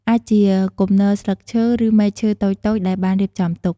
អាចជាគំនរស្លឹកឈើ ឬមែកឈើតូចៗដែលបានរៀបចំទុក។